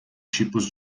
tipos